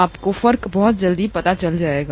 आपको फर्क बहुत जल्द पता चल जाएगा